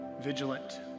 vigilant